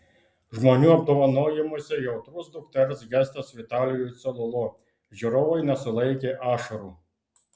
žmonių apdovanojimuose jautrus dukters gestas vitalijui cololo žiūrovai nesulaikė ašarų